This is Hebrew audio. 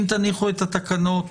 אם תניחו את התקנות